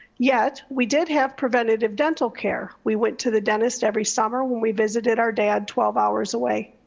yet, we did have preventative dental care. we went to the dentist every summer when we visited our dad twelve hours away.